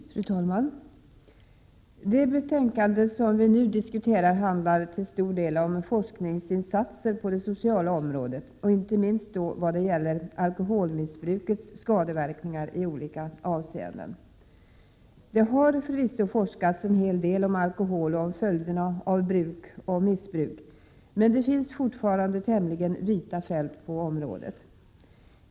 Fru talman! Det betänkande som vi nu diskuterar handlar till stor del om forskningsinsatser på det sociala området och inte minst när det gäller alkoholmissbrukets skadeverkningar i olika avseenden. Det har förvisso forskats en hel del om alkohol och om följderna av bruk och missbruk, men det finns fortfarande tämligen vita fält på området.